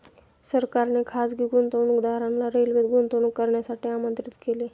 सरकारने खासगी गुंतवणूकदारांना रेल्वेत गुंतवणूक करण्यासाठी आमंत्रित केले